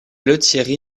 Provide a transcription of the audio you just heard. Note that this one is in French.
lethierry